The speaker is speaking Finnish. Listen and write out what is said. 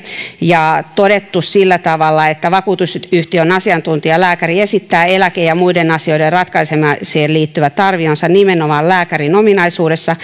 ja todettu että vakuutusyhtiön asiantuntijalääkäri esittää eläke ja muiden asioiden ratkaisemiseen liittyvät arvionsa nimenomaan lääkärin ominaisuudessa